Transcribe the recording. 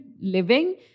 living